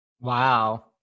wow